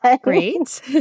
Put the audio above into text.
Great